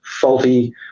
faulty